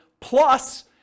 plus